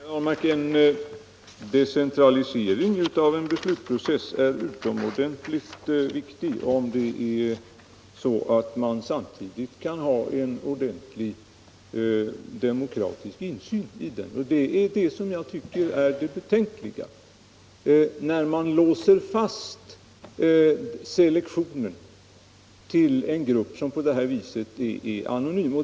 Herr talman! Ja, herr Ahlmark, en decentralisering av en beslutsprocess är utomordentligt viktig, om man samtidigt kan ha en ordentlig demokratisk insyn i den. Det är just bristen på sådan insyn som är det betänkliga när man på det här viset låser fast selektionen till en grupp som är anonym.